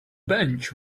bench